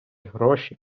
гроші